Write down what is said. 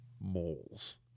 moles